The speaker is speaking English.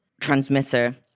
transmitter